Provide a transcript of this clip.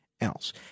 else